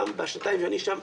בשנתיים שאני שם,